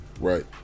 Right